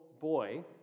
boy